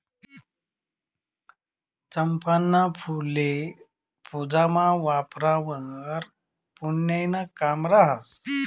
चंपाना फुल्ये पूजामा वापरावंवर पुन्याईनं काम रहास